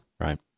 Right